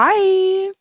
Bye